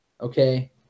Okay